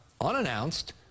unannounced